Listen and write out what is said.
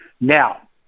Now